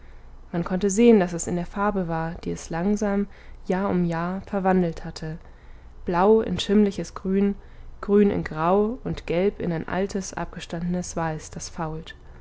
man konnte sehen daß es in der farbe war die es langsam jahr um jahr verwandelt hatte blau in schimmliches grün grün in grau und gelb in ein altes abgestandenes weiß das fault